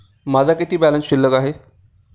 माझा किती बॅलन्स शिल्लक आहे?